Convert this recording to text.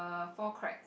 a floor crack